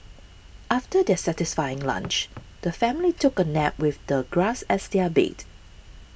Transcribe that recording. after their satisfying lunch the family took a nap with the grass as their bed